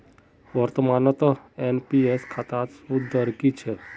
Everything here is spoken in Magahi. वर्तमानत एन.पी.एस खातात सूद दर की छेक